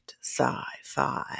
sci-fi